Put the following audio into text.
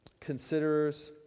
considerers